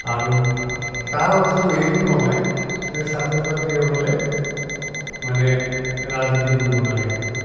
আৰু তাৰ অৰ্থটো এইটো নহয় যে ছাত্ৰ ছাত্ৰীসকলে মানে ৰাজনীতি কৰিব নালাগে